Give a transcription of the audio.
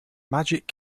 magic